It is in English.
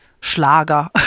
schlager